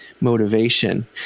motivation